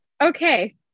Okay